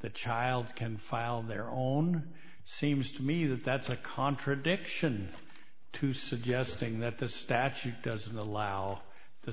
the child can file their own seems to me that that's a contradiction to suggesting that the statute doesn't allow the